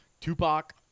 Tupac